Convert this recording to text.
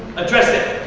address it.